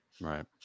Right